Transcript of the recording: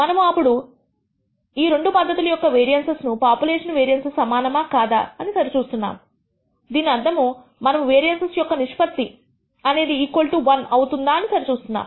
మనము ఇప్పుడు మనము ఈ రెండు పద్ధతుల యొక్క రెండు వేరియన్సస్ పాపులేషన్ వేరియన్సస్ సమానమా కాదా సరి చూస్తున్నాము దీని అర్థం మనము వేరియన్సస్ యొక్క నిష్పత్తి అనేది 1 అవుతుందా అని సరి చూస్తున్నాము